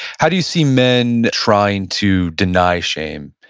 how do you see men trying to deny shame?